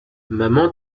maman